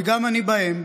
וגם אני בהם,